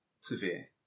severe